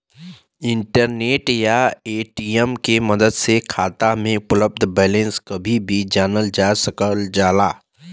internet या ATM के मदद से खाता में उपलब्ध बैलेंस कभी भी जानल जा सकल जाला